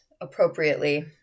appropriately